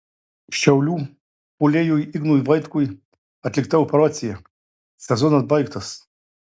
šiaulių puolėjui ignui vaitkui atlikta operacija sezonas baigtas